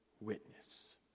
witness